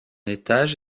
étage